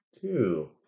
Two